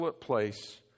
place